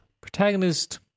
protagonist